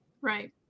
Right